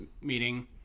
meeting